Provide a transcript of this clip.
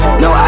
no